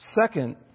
Second